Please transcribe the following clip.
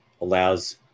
allows